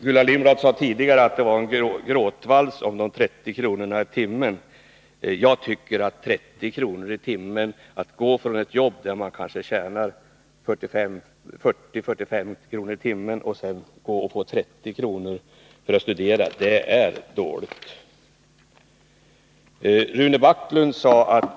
Gullan Lindblad sade tidigare att det förekommit en gråtvals om de 30 kronorna i timmen. Jag tycker att 30 kr. i timmen för den som går från ett jobb, där han tjänar kanske 4045 kr. i timmen, och börjar studera är en dålig ersättning.